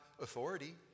authority